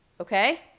Okay